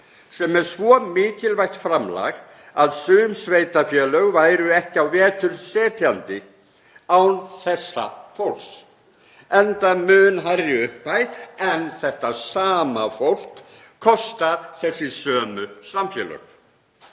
sem er svo mikilvægt framlag að sum sveitarfélög væru ekki á vetur setjandi án þessa fólks, enda mun hærri upphæð en þetta sama fólk kostar þessi sömu samfélög.